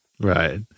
Right